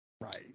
Right